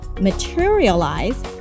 materialize